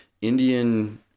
Indian